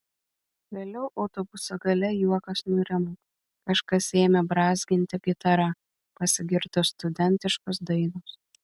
vėliau autobuso gale juokas nurimo kažkas ėmė brązginti gitara pasigirdo studentiškos dainos